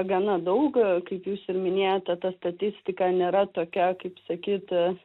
gana daug kaip jūs ir minėjote ta statistika nėra tokia kaip sakyt